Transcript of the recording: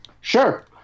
Sure